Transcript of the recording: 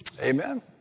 Amen